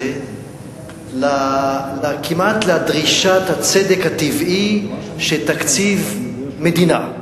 כמעט לדרישת הצדק הטבעי שתקציב מדינה,